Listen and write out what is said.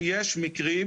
משוחרר.